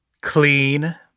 Clean